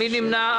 מי נמנע?